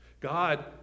God